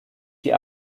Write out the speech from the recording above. die